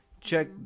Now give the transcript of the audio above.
check